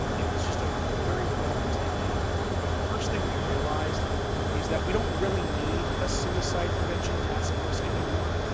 um it was just a very well attended group and the first thing we realized is that we don't really need a suicide prevention task force anymore,